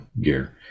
gear